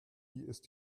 ist